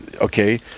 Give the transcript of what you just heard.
okay